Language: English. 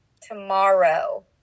tomorrow